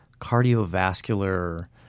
cardiovascular